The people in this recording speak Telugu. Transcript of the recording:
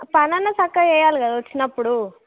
పని అయినా చక్కగా చెయ్యాలికదా వచ్చినప్పుడు